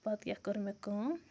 پَتہٕ کیٛاہ کٔر مےٚ کٲم